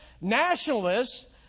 nationalists